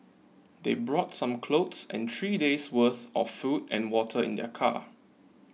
they brought some clothes and three days worth of food and water in their car